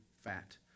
fat